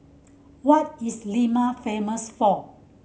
what is Lima famous for